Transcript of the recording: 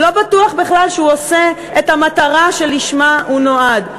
לא בטוח בכלל שהוא משיג את המטרה שלשמה הוא נועד.